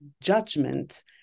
judgment